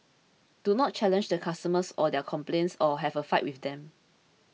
do not challenge the customers or their complaints or have a fight with them